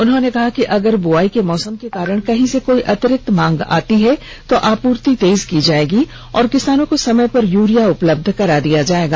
उन्होंने कहा कि अगर बुआई के मौसम के कारण कहीं से कोई अतिरिक्त मांग आती है तो आपूर्ति तेज की जाएगी और र्किसानों को समय पर यूरिया उपलब्ध करा दिया जाएगा